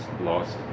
lost